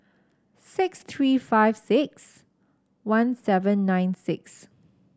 six three five six one seven nine six